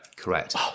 correct